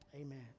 amen